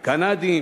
קנדים,